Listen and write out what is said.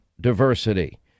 diversity